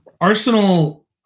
arsenal